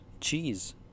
cheese